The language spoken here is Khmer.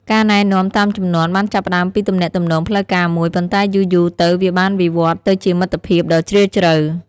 ការណែនាំតាមជំនាន់បានចាប់ផ្តើមពីទំនាក់ទំនងផ្លូវការមួយ ប៉ុន្តែយូរៗទៅវាបានវិវត្តន៍ទៅជាមិត្តភាពដ៏ជ្រាលជ្រៅ។